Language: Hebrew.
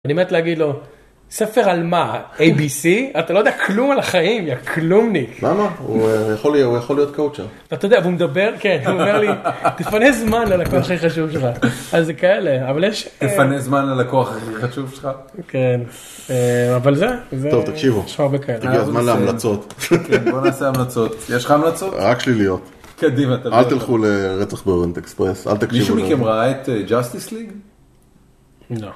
אני מת להגיד לו, ספר על מה? ABC? אתה לא יודע כלום על החיים, יא כלומניק. למה? הוא יכול להיות קאוצ'ר. אתה יודע, הוא מדבר, כן, הוא אומר לי, תפנה זמן ללקוח הכי חשוב שלך. אז זה כאלה, אבל יש... תפנה זמן ללקוח הכי חשוב שלך. כן, אבל זה... טוב, תקשיבו. הגיע הזמן להמלצות. כן, בואו נעשה המלצות. יש לך המלצות? רק שליליות. קדימה... אל תלכו לרצח באוריינט אקספרס, אל תקשיבו. מישהו מכם ראה את ג'אסטיס ליג? לא.